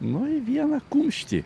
nu į vieną kumštį